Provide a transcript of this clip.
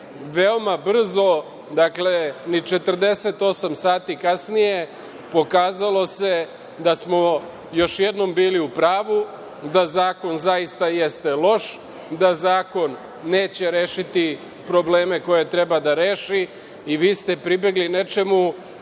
itd. Veoma brzo, ni 48 sati kasnije, pokazalo se da smo još jednom bili u pravu da zakon zaista jeste loš, da zakon neće rešiti probleme koje treba da reši i vi ste pribegli nečemu